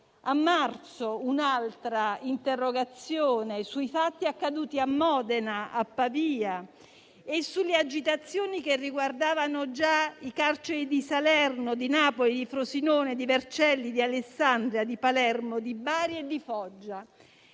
a marzo un'altra interrogazione sui fatti accaduti a Modena e a Pavia e sulle agitazioni che riguardavano le carceri di Salerno, Napoli, Frosinone, Vercelli, Alessandria, Palermo, Bari e Foggia.